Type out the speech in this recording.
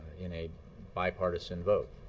in a bipartisan vote.